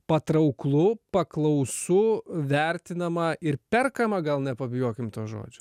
patrauklu paklausu vertinama ir perkama gal nepabijokim to žodžio